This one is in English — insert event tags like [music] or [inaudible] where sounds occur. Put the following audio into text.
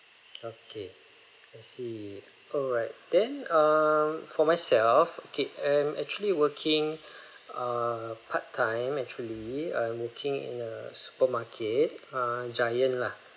okay I see alright then um for myself okay I'm actually working [breath] a part time actually I'm working in a supermarket err giant lah